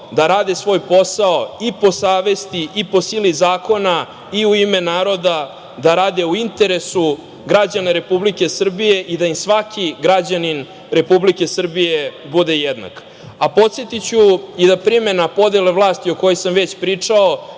da rade svoj posao i po savesti i po sili zakona i u ime naroda, da rade u interesu građana Republike Srbije i da im svaki građanin Republike Srbije bude jednak. Podsetiću i da primena podela vlasti o kojoj sam već pričao